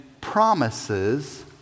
promises